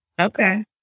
Okay